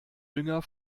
dünger